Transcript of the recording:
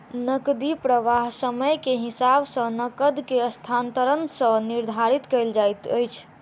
नकदी प्रवाह समय के हिसाब सॅ नकद के स्थानांतरण सॅ निर्धारित कयल जाइत अछि